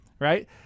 Right